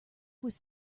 was